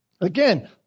Again